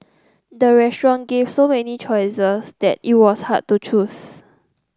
the restaurant gave so many choices that it was hard to choose